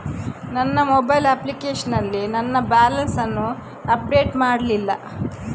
ನನ್ನ mobile application ನಲ್ಲಿ ನನ್ನ ಬ್ಯಾಲೆನ್ಸ್ ಅನ್ನು ಅಪ್ಡೇಟ್ ಮಾಡ್ಲಿಲ್ಲ